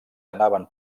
anaven